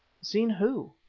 seen who?